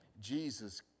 Jesus